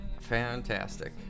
Fantastic